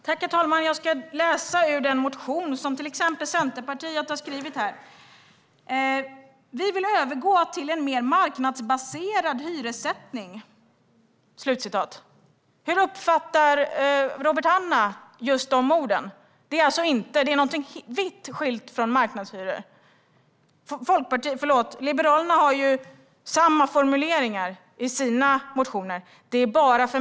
Herr talman! I till exempel en motion som Centerpartiet har skrivit står det: Vi vill övergå till en mer marknadsbaserad hyressättning. Hur uppfattar Robert Hannah just de orden? Det är alltså någonting som är vitt skilt från marknadshyror. Liberalerna har samma formuleringar i sina motioner.